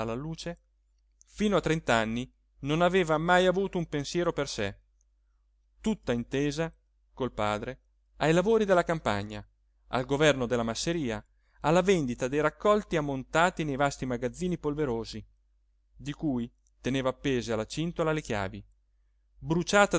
alla luce fino a trent'anni non aveva mai avuto un pensiero per sé tutta intesa col padre ai lavori della campagna al governo della masseria alla vendita dei raccolti ammontati nei vasti magazzini polverosi di cui teneva appese alla cintola le chiavi bruciata